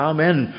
Amen